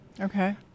Okay